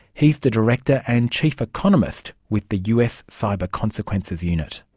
he is the director and chief economist with the us cyber consequences unit.